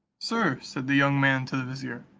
sir, said the young man to the vizier,